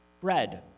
bread